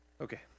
Okay